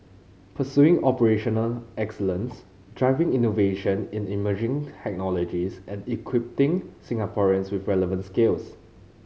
pursuing operational excellence driving innovation in the emerging technologies and equipping Singaporeans with relevant skills